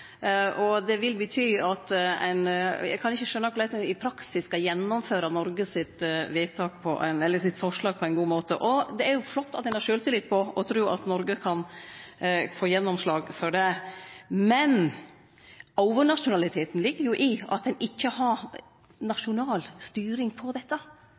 konsekvensar. Det vil i realiteten bety at ein eigentleg tek grensekontrollen frå det landet. Eg kan ikkje skjøne korleis ein i praksis skal gjennomføre Noregs forslag på ein god måte. Det er flott at ein har sjølvtillit når det gjeld å tru at Noreg kan få gjennomslag for det. Men overnasjonaliteten ligg jo i at ein ikkje har nasjonal styring på dette.